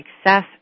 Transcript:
success